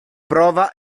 prova